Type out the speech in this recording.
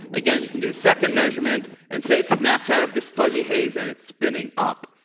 again, you can do a second measurement, and say it snaps out of this fuzzy haze and it's spinning up.